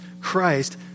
Christ